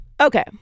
Okay